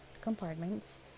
compartments